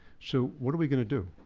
so what are we gonna do?